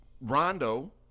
Rondo